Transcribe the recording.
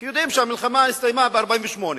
כי יודעים שהמלחמה הסתיימה ב-48',